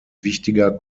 wichtiger